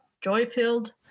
joy-filled